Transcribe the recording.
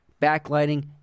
backlighting